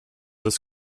des